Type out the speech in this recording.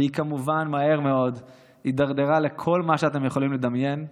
והיא כמובן מהר מאוד הידרדרה לכל מה שאתם יכולים לדמיין,